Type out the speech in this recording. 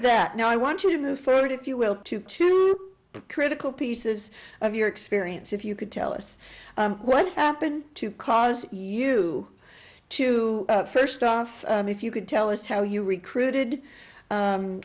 that now i want to move forward if you will to two critical pieces of your experience if you could tell us what happened to cause you to first off if you could tell us how you recruited